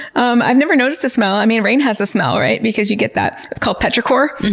um i've never noticed a smell. i mean, rain has a smell, right? because you get that, it's called petrichor,